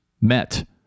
met